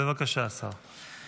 בבקשה, השר.